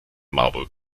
marburg